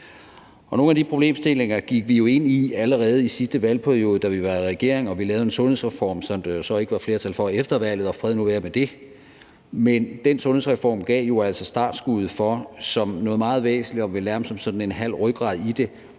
nogle af de problemstillinger gik vi jo ind i allerede i sidste valgperiode, da vi var i regering og vi lavede en sundhedsreform, som der jo så ikke var flertal for efter valget – og fred nu være med det. Men den sundhedsreform gav jo altså startskuddet til, som noget meget væsentligt og vel nærmest som sådan en halv rygrad i det,